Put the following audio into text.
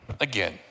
again